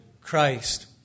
Christ